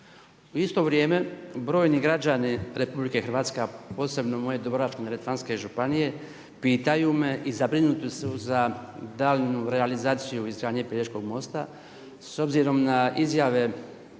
U isto vrijeme brojni građani RH, a posebno moje Dubrovačko-neretvanske županije pitaju me i zabrinuti su za daljnju realizaciju izgradnje Pelješkog mosta s obzirom na izjave